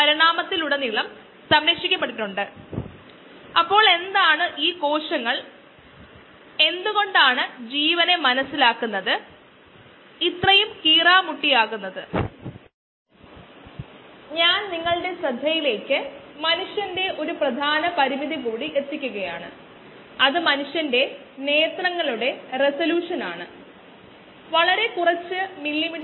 ഇൻപുട്ടിന്റെ മാസ്സ് നിരക്ക് minus output mass rate plus generation rate minus rate consumption rate mass അടിസ്ഥാനത്തിൽ മാസിന്റെ ശേഖരണനിരക്കിന് തുല്യമാണ്